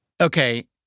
Okay